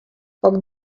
poc